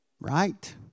right